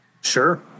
Sure